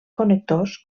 connectors